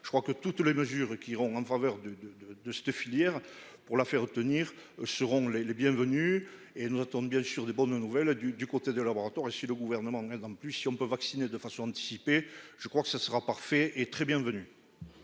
Je crois que toutes les mesures qui iront en faveur de de de de cette filière pour la faire retenir seront les bienvenues et nous attendent bien sûr des bonnes nouvelles du du côté de laboratoires et si le gouvernement en plus si on peut vacciner de façon anticipée, je crois que ce sera parfait et très bien